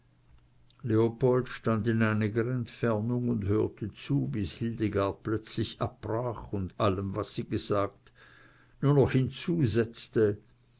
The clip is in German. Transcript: leopold stand in einiger entfernung und hörte zu bis hildegard plötzlich abbrach und allem was sie gesagt nur noch